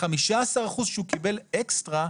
15% שהוא קיבל אקסטרה,